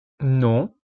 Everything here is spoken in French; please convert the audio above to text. non